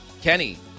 Kenny